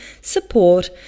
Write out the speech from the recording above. support